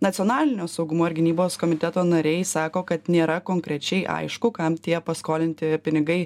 nacionalinio saugumo ir gynybos komiteto nariai sako kad nėra konkrečiai aišku kam tie paskolinti pinigai